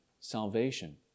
salvation